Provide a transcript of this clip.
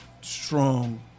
strong